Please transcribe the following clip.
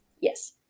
Yes